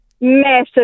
massive